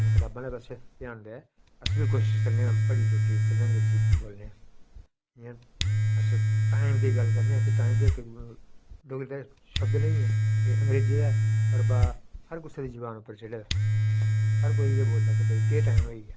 कताबां आहले पास्से ध्यान देऐ अस बी कोशिश करने आं भज्जी त्रुट्टी दी उसदे नै अंग्रेजी बोलने आं जि'यां अस टाइम दी गल्ल करने आं ते टाइम ते इक डोगरी दा शब्द नेईं ऐ अंग्रेजी दा पर हर कुसै दी जुबान उप्पर चढ़े दा ऐ हर कोई इ'ये बोलदा कि भाई केह् टाइम होई गेआ